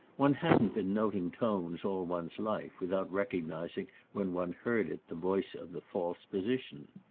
one hadn't been noting tones all one's life without recognising when one heard it the voice of the false position.